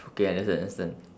okay understand understand